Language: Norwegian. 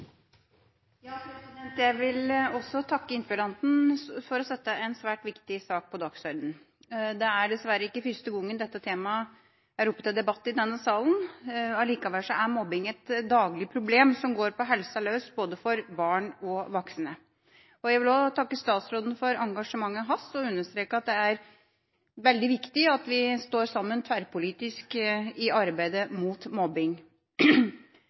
Jeg vil også takke interpellanten for å sette en svært viktig sak på dagsordenen. Det er dessverre ikke første gang dette temaet er oppe til debatt i denne salen. Allikevel er mobbing et daglig problem, som går på helsa løs for både barn og voksne. Jeg vil også takke statsråden for engasjementet hans og understreke at det er veldig viktig at vi står sammen tverrpolitisk i arbeidet mot mobbing.